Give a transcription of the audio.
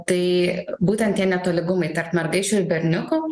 tai būtent tie netolygumai tarp mergaičių ir berniukų